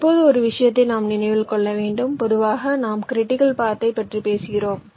இப்போது ஒரு விஷயத்தை நாம் நினைவில் கொள்ள வேண்டும் பொதுவாக நாம் கிரிட்டிக்கல் பாத்தை பற்றி பேசுகிறோம்